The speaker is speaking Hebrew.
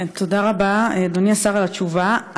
תודה רבה, אדוני השר, על התשובה.